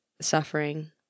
suffering